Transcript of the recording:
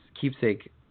keepsake